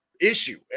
issue